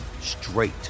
straight